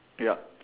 yup